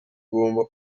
guhomba